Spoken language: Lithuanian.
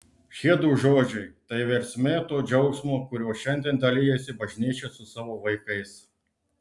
šie du žodžiai tai versmė to džiaugsmo kuriuo šiandien dalijasi bažnyčia su savo vaikais